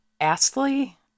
Astley